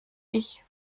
ich